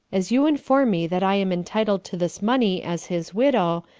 as you inform me that i am entitled to this money as his widow,